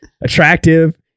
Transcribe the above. attractive